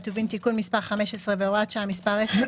טובין (תיקון מס' 15 והוראת שעה מס' 10),